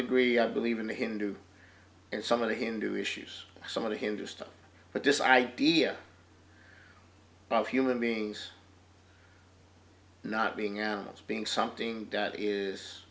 degree i believe in the hindu and some of the hindu issues some of the hindu stuff but this idea of human beings not being animals being something that is